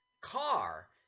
car